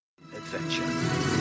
Adventure